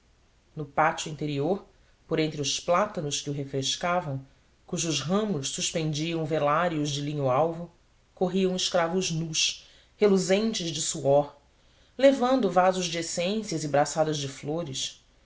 no pátio interior por entre os plátanos que o refrescavam cujos ramos suspendiam velários de linho alvo corriam escravos nus reluzentes de suor levando vasos de essências e braçadas de flores